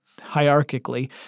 hierarchically